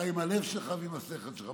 אתה עם הלב שלך ועם השכל שלך,